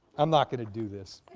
i'm not gonna do this.